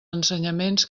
ensenyaments